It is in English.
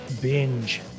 Binge